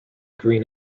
green